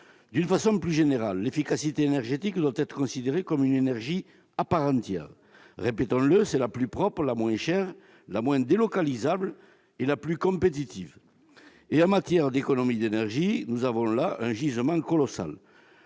D'une façon plus générale, l'efficacité énergétique doit être considérée comme une énergie à part entière. Répétons-le, c'est la plus propre, la moins chère, la moins délocalisable et la plus compétitive. En matière d'économies d'énergie, nous avons là un gisement colossal.